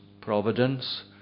providence